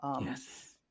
Yes